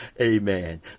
Amen